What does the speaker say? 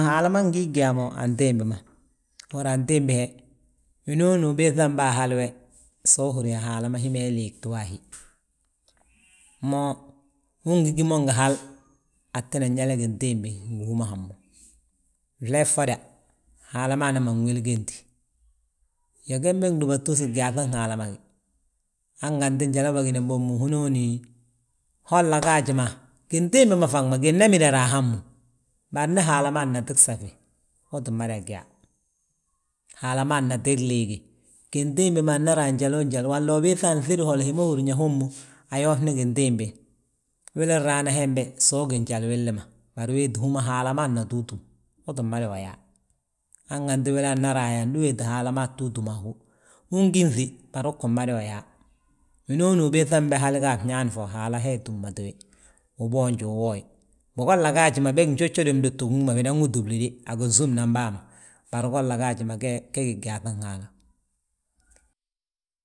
Haala ma ngi yaa mo antimbi ma, uhúri yaa antimbi he, hinooni ubiiŧan be a hali he, so uhúri yaa Haala ma hi ma hi liigti wa a hi ma. Mo ungi gí mo ngi hal, atinan yali gintimbi, ngi hú ma hammu. Flee ffoda, Haala ma aman wéliginti, iyoo, gembe gdúbatus gyaaŧin Haala ma gi. Hanganti njali ma bâginan bommu, hinooni, holla gaaji ma gintimbi ma faŋ ma gina mida raa hammu. Bari ndi Haala manati gsafí uu tti madag yaa, Haala nati gliigi gintimbi manan njalu njal walla ubiiŧa anŧidi wolo hi ma húrin yaa hommu ayoofni gintimbi; Wili raana hembe so ugí njali willi ma. Bari we wéeti hú ma Haala maa nna wi túm, uu tti mada wi yaa. Hanganti wilaa nna raa yaa ndi wéeti Haala ma túu túm a hú. Un gíŧi bari uu tti madawi yaa, winooni ubiiŧa be hal ga a fnñaani fo Haala he túmmati wi. Uboonje, uwooye, bigolla gaaj bége njójode bdudugim bi ma, binan wi túmli de a ginsúmnan bàa ma. Bari golla gaaji ma ge ge gi gyaaŧin Haala,.